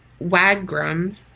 wagram